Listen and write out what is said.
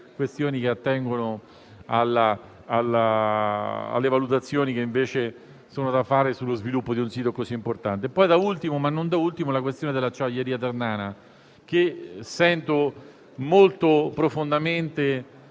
questioni che attengono alle valutazioni che invece sono da fare sullo sviluppo di un sito così importante. Da ultima, ma non per importanza, vi è la questione dell'acciaieria ternana, che avverto personalmente